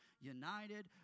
united